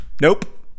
Nope